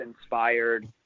inspired